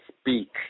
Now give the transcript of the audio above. speak